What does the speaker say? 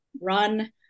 run